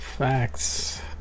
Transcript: facts